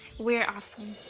we're awesome.